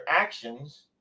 actions